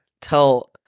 tell